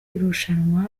irushanwa